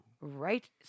right